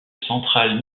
central